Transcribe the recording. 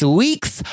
week's